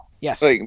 Yes